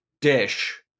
dish